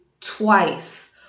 twice